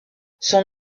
son